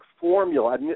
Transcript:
formula